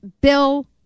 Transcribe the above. Bill